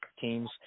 teams